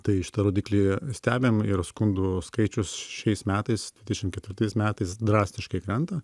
tai šitą rodiklį stebim ir skundų skaičius šiais metais dvidešim ketvirtais metais drastiškai krenta